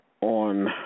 on